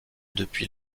depuis